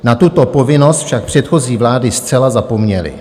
Na tuto povinnost však předchozí vlády zcela zapomněly.